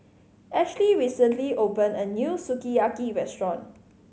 Ahleigh recently opened a new Sukiyaki Restaurant